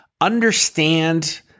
understand